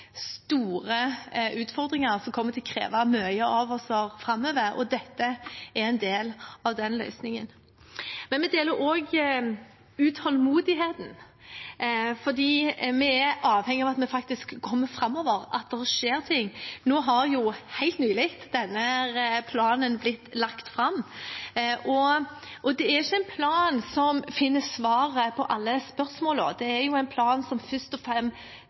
store utfordringer som kommer til å kreve mye av oss framover, og dette er en del av løsningen. Men vi deler også utålmodigheten, for vi er avhengige av at vi faktisk kommer framover, at det skjer ting. Nå har jo – helt nylig – denne planen blitt lagt fram. Det er ikke en plan som finner svaret på alle spørsmålene; det er en plan som først og